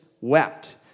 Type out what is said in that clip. wept